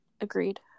Agreed